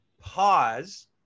pause